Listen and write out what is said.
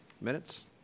minutes